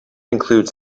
includes